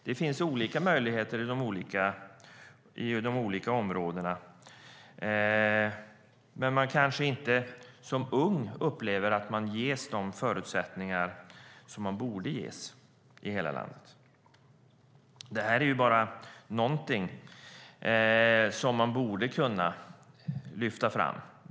Det finns olika möjligheter i de olika områdena, men man kanske inte som ung upplever att man ges de förutsättningar man borde ges i hela landet. Detta är bara något som man borde kunna lyfta fram.